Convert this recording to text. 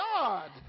God